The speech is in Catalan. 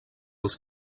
els